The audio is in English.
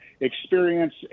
experience